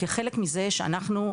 כחלק מזה שאנחנו,